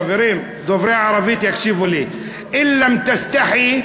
חברים דוברי ערבית יקשיבו לי: "אִלא מא תסתחי,